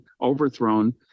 overthrown